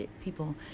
people